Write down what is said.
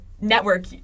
network